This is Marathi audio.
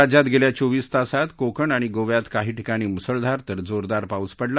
राज्यात गेल्या चोवीस तासांत कोकण आणि गोव्यात काही ठिकाणी मुसळधार तर जोरदार पाऊस पडला